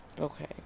Okay